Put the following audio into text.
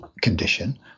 condition